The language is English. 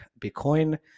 Bitcoin